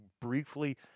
briefly